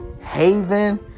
haven